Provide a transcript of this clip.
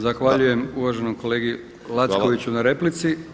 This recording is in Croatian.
Zahvaljujem uvaženom kolegi Lackoviću na replici.